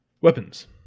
Weapons